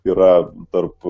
yra tarp